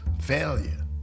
failure